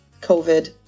COVID